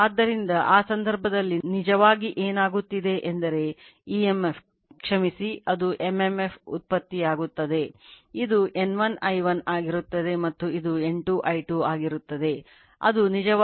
ಆದ್ದರಿಂದ ಆ ಸಂದರ್ಭದಲ್ಲಿ ನಿಜವಾಗಿ ಏನಾಗುತ್ತಿದೆ ಎಂದರೆ emf ಕ್ಷಮಿಸಿ ಅದು mmf ಉತ್ಪತ್ತಿಯಾಗುತ್ತದೆ ಇದು N1 I1 ಆಗಿರುತ್ತದೆ ಮತ್ತು ಇದು N2 I2 ಆಗಿರುತ್ತದೆ ಅದು ನಿಜವಾಗಿ N1 I1 N2 I2 ಆಗಿರುತ್ತದೆ